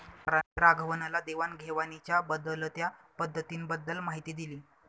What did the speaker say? सरांनी राघवनला देवाण घेवाणीच्या बदलत्या पद्धतींबद्दल माहिती दिली